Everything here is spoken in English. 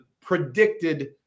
predicted